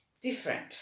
different